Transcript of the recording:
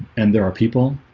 and there are people